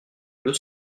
deux